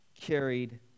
carried